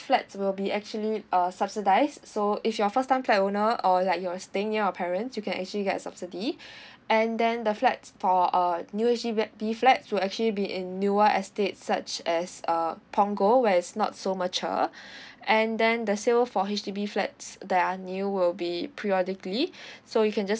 flats will be actually uh subsidised so if you're first time flat owner or like you're staying near your parents you can actually get a subsidy and then the flats for uh new H_D_B B flats will actually be in newer estates such as uh punggol where it's not so mature and then the sale for H_D_B flats that are new will be periodically so you can just